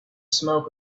smoke